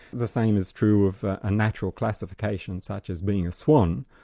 the same is true of a natural classification such as being a swan,